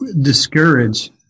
discourage